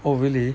oh really